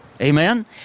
Amen